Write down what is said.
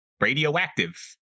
radioactive